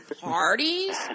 parties